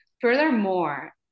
Furthermore